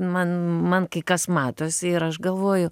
man man kai kas matosi ir aš galvoju